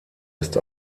ist